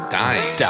dying